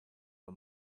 the